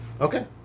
Okay